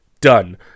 done